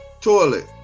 toilet